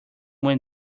when